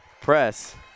Press